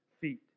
feet